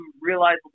realize